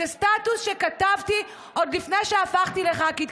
זה סטטוס שכתבתי עוד לפני שהפכתי לח"כית.